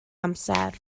amser